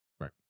right